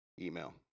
email